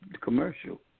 commercial